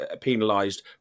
penalised